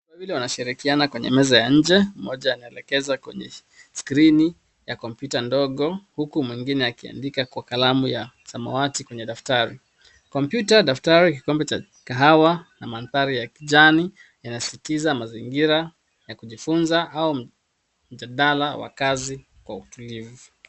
Watu wawili wanashirikiana kwenye meza ya nje, mmoja anaelekeza kwenye skrini ya kompyuta ndogo huku mwingine akiandika kwa kalamu ya samawati kwenye daftari. Kompyuta, daftari, kikombe cha kahawa na mandhari ya kijani yanasisitiza mazingira ya kujifunza au mjadala wa kazi kwa utulivu.